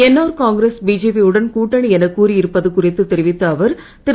NR Congress BJP யுடன் கூட்டணி எனக் கூறியிருப்பது குறித்து தெரிவித்த அவர் திரு